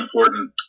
important